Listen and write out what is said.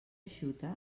eixuta